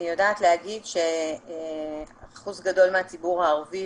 אני יודעת להגיד שאחוז גדול מהציבור הערבי,